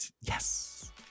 Yes